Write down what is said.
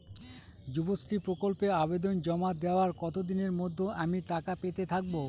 যুবশ্রী প্রকল্পে আবেদন জমা দেওয়ার কতদিনের মধ্যে আমি টাকা পেতে থাকব?